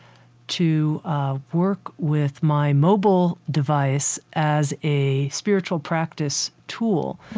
to work with my mobile device as a spiritual practice tool,